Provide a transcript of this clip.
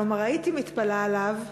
כלומר הייתי מתפלאה עליו,